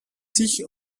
sich